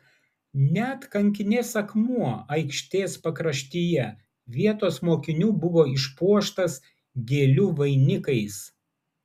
net kankinės akmuo aikštės pakraštyje vietos mokinių buvo išpuoštas gėlių vainikais